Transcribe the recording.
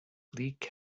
bleak